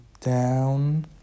down